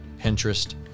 Pinterest